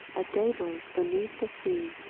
a daybreak beneath the sea.